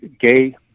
gay